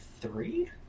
three